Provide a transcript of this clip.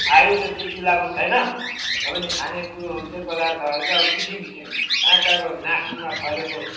आयु त त्यति लामो छैन र पनि खानेकुरोहरू चाहिँ पहिला चाहिँ किसिम किसिमको कहाँ कहाँको नासिकमा फलेको